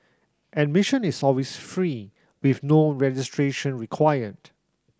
admission is always free with no registration required